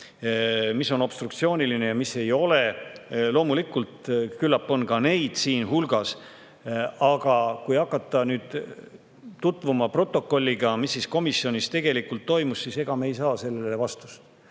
Mis on obstruktsiooniline ja mis ei ole? Loomulikult, küllap on neid ka siin hulgas, aga kui hakata protokolli põhjal tutvuma sellega, mis komisjonis tegelikult toimus, siis ega me ei saa sellele vastust.